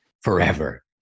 forever